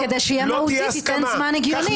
כדי שזה יהיה מהותי, תיתן זמן הגיוני.